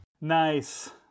Nice